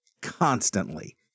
constantly